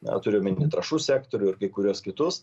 na turiu omeny trąšų sektorių ir kai kuriuos kitus